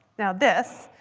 now this,